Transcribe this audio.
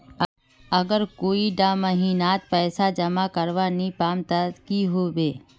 अगर कोई डा महीनात पैसा जमा करवा नी पाम ते की होबे?